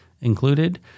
included